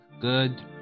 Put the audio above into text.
Good